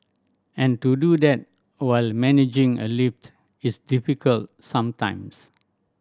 and to do that while managing a lift is difficult sometimes